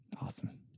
Awesome